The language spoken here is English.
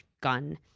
gun